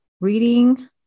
reading